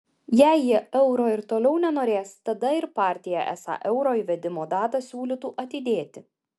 jei jie euro ir toliau nenorės tada ir partija esą euro įvedimo datą siūlytų atidėti